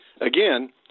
again